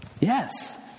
Yes